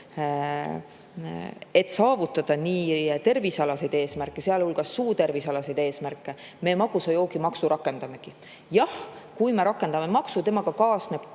et saavutada tervisealaseid eesmärke, sealhulgas suutervisealaseid eesmärke, me magusa joogi maksu rakendamegi. Jah, kui me rakendame maksu, siis kaasneb